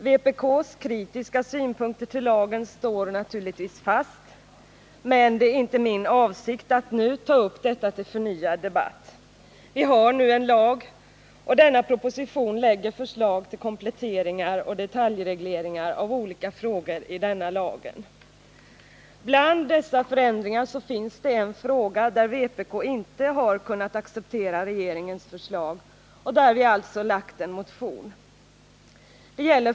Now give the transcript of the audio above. Vpk:s kritiska synpunkter på lagen står naturligtvis fast, men det är inte min avsikt att nu ta upp detta till förnyad debatt. Vi har nu en lag och denna proposition innehåller förslag till kompletteringar och detaljregleringar av olika frågor i denna lag. Bland dessa förändringar finns det en fråga, där vpk inte har kunnat acceptera regeringens förslag och där vi alltså väckt en motion.